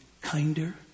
kinder